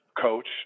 coach